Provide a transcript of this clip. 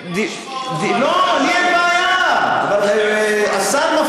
דווקא נעים לי לשמוע אותך.